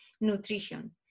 nutrition